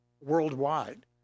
worldwide